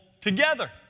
together